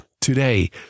today